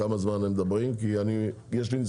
נברר כמה זמן הם מדברים כי יש לי ניסיון.